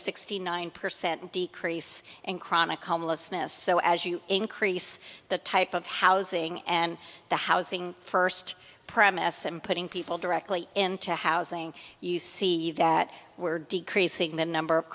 sixty nine percent decrease in chronic homelessness so as you increase the type of housing and the housing first premise and putting people directly into housing you see that we're decreasing the number of